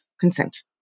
consent